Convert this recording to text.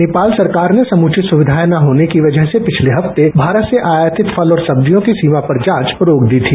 नेपाल सरकार ने समुचित सुविधाएं न होने की वजह से पिछले हफ्ते भारत से आयातित फल और सब्जियों की सीमा पर जांच रोक दी थी